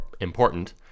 important